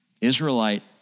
Israelite